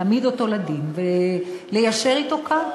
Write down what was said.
להעמיד אותו לדין וליישר אתו קו.